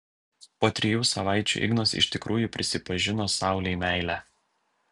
po trijų savaičių ignas iš tikrųjų prisipažino saulei meilę